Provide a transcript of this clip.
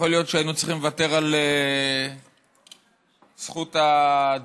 להיות שהיינו צריכים לוותר על זכות הדיבור,